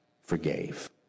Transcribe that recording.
forgave